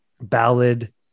ballad